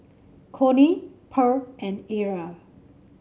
Connie Pearl and Era